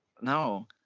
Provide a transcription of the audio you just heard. No